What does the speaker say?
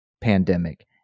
pandemic